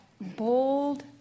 bold